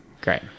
Great